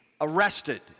arrested